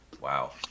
wow